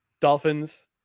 Dolphins